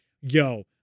yo